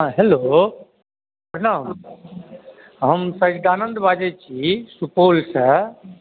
हॅं हैलो प्रणाम हम सच्चिदानन्द बाजै छी सुपौल सॅं